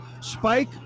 Spike